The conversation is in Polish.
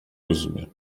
rozumie